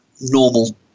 normal